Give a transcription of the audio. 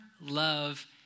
love